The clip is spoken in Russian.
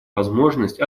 возможность